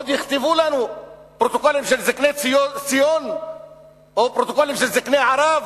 עוד יכתבו לנו פרוטוקולים של זקני ציון או פרוטוקולים של זקני ערב.